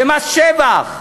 ומס שבח,